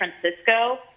Francisco